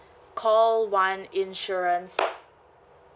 call one insurance